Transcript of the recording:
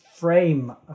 Frame